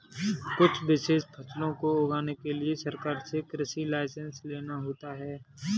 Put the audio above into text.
कुछ विशेष फसलों को उगाने के लिए सरकार से कृषि लाइसेंस लेना होता है